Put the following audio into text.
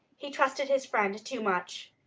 he trusted his friend too much.